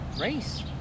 race